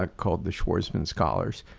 ah called the schwarzman scholars.